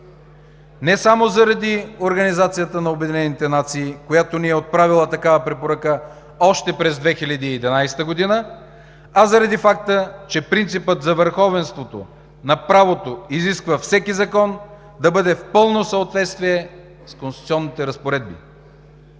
Не само заради организацията на Обединените нации, която ни е отправила такава препоръка още през 2011 г., а заради факта, че принципът за върховенството на правото изисква всеки закон да бъде в пълно съответствие с конституционните разпоредби.